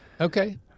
okay